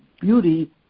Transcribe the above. beauty